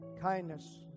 kindness